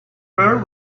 pearl